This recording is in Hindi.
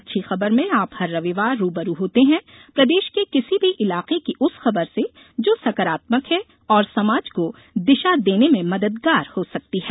अच्छी खबरमें आप हर रविवार रूबरू होते हैं प्रदेश के किसी भी इलाके की उस खबर से जो सकारात्मक है और समाज को दिशा देने में मददगार हो सकती है